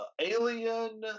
alien